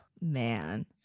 man